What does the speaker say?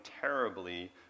terribly